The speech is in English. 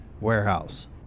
warehouse